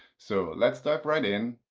so let's step right in,